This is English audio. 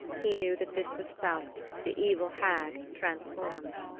he knew that this was thaukt, the evil hag, transformed.